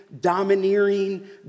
domineering